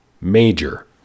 major